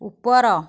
ଉପର